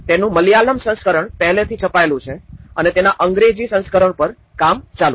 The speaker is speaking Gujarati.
તેનું મલયાલમ સંસ્કરણ પહેલાથી છપાયેલું છે અને તેના અંગ્રેજી સંસ્કરણ પર કામ ચાલુ છે